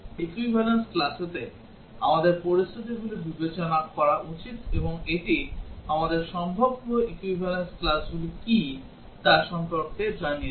Equivalence classতে আমাদের পরিস্থিতিগুলি বিবেচনা করা উচিত এবং এটি আমাদের সম্ভাব্য equivalence classগুলি কী তা সম্পর্কে ইঙ্গিত দেয়